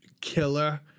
killer